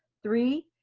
three,